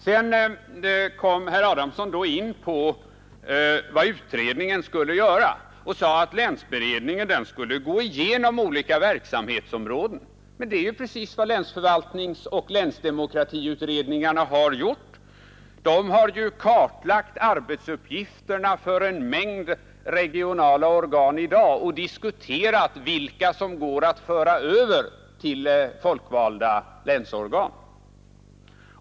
Sedan kom herr Adamsson in på vad länsberedningen skall göra och sade då att beredningen skulle gå igenom olika verksamhetsområden. Men det är ju precis vad länsförvaltningsutredningen och länsdemokratiutredningen har gjort! De har kartlagt arbetsuppgifterna för en mängd regionala organ som finns i dag och diskuterat vilka uppgifter som går att föra över till folkvalda länsorgan.